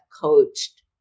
coached